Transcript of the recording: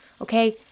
Okay